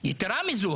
יתרה מזאת,